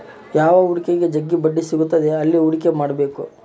ಯಾವ ಹೂಡಿಕೆಗ ಜಗ್ಗಿ ಬಡ್ಡಿ ಸಿಗುತ್ತದೆ ಅಲ್ಲಿ ಹೂಡಿಕೆ ಮಾಡ್ಬೇಕು